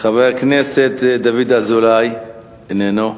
חבר הכנסת דוד אזולאי, איננו.